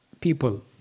people